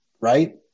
right